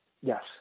Yes